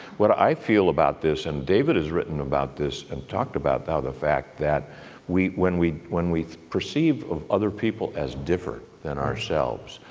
what i feel about this, and david has written about this and talked about the the fact that when we when we perceive of other people as different than ourselves,